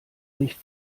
nicht